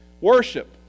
Worship